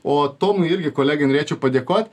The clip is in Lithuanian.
o tomui irgi kolegai norėčiau padėkot